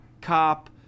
cop